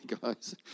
guys